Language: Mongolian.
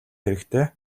хэрэгтэй